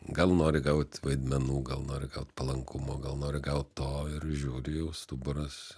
gal nori gaut vaidmenų gal nori gaut palankumo gal nori gaut to ir žiūri jau stuburas